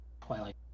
Twilight